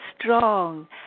strong